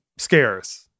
Scarce